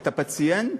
את הפציינט,